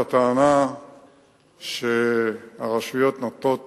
הטענה שהרשויות נותנות